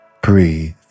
Breathe